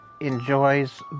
enjoys